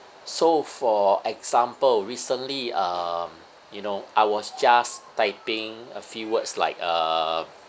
so for example recently um you know I was just typing a few words like uh